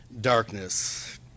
darkness